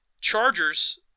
Chargers